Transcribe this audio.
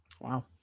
Wow